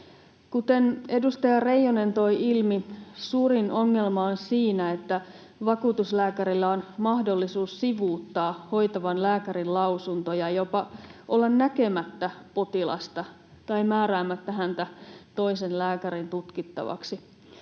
Kuten edustaja Reijonen toi ilmi, suurin ongelma on siinä, että vakuutuslääkärillä on mahdollisuus sivuuttaa hoitavan lääkärin lausuntoja, jopa olla näkemättä potilasta tai määräämättä häntä toisen lääkärin tutkittavaksi.